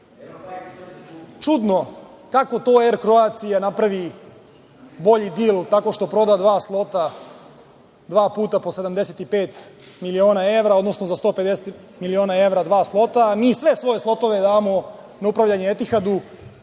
čudno kako to „Er Kroacia“ napravi bolji dil tako što proda dva slota, dva puta po 75 miliona evra, odnosno 150 miliona dva slota, a mi sve svoje slotove damo na upravljanje „Etihadu“